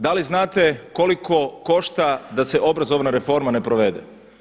Da li znate koliko košta da se obrazovna reforma ne provede?